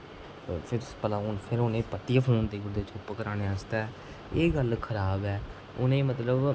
फिर पता हून उ'नेंगी परतियै फोन देई ओड़दे चुप कराने आस्तै एह् गल्ल खराब ऐ उ'नेंगी मतलब